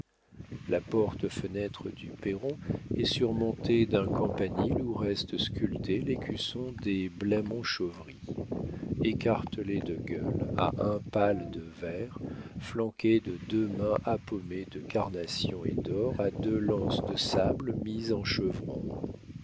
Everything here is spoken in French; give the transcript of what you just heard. la porte-fenêtre du perron est surmontée d'un campanile où reste sculpté l'écusson des blamont-chauvry écartelé de gueules à un pal de vair flanqué de deux mains appaumées de carnation et d'or à deux lances de sable mises en chevron